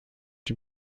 die